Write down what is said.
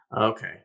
Okay